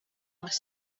was